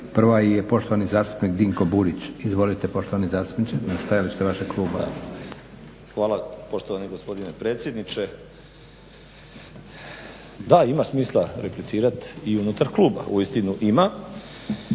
prva je poštovani zastupnik Dinko Burić. Izvolite poštovani zastupniče na stajalište vašeg kluba . **Burić, Dinko (HDSSB)** Hvala poštovani gospodine predsjedniče. Da ima smisla replicirat i unutar kluba. Uistinu ima,